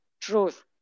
truth